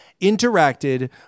interacted